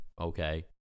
Okay